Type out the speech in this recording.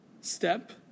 step